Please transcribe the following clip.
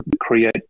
create